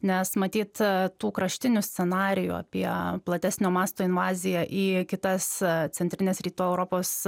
nes matyt tų kraštinių scenarijų apie platesnio masto invaziją į kitas centrinės rytų europos